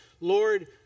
Lord